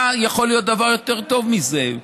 מה יכול להיות דבר יותר טוב מזה?